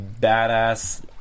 badass